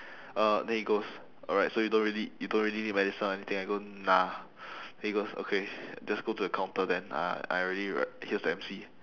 uh then he goes alright so you don't really you don't really need medicine or anything I go nah then he goes okay just go to the counter then uh I already wr~ here's the M_C